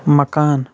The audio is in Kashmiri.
مکان